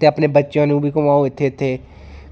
ते अपने बच्चेआं नूं बी घूमाओ इत्थे इत्थे